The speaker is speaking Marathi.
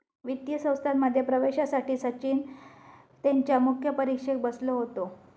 वित्तीय संस्थांमध्ये प्रवेशासाठी सचिन त्यांच्या मुख्य परीक्षेक बसलो होतो